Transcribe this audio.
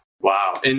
Wow